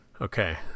Okay